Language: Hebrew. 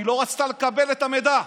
היא לא רצתה לקבל את המידע.